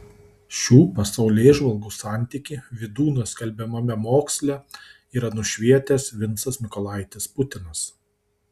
šių pasaulėžvalgų santykį vydūno skelbiamame moksle yra nušvietęs vincas mykolaitis putinas